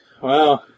Wow